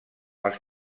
als